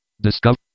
Discover